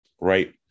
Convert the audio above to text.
right